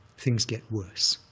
things get worse.